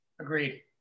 agreed